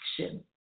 action